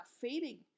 fading